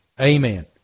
amen